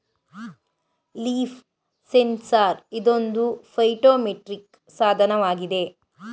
leaf sensor ಇದೊಂದು phytometric ಸಾಧನವಾಗಿದೆ